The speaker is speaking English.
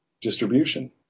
distribution